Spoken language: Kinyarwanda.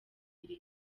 iri